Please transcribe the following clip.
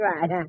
Right